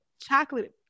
Chocolate